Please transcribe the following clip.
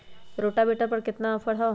Rotavator पर केतना offer हव?